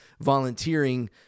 volunteering